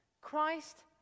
Christ